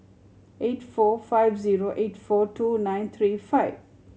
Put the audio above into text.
eight four five zero eight four two nine three five